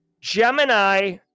Gemini